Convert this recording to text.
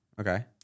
Okay